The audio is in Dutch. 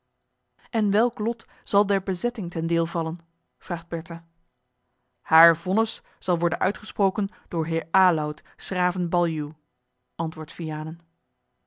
en welk lot zal der bezetting ten deel vallen vraagt bertha haar vonnis zal worden uitgesproken door heer aloud s graven baljuw antwoordt vianen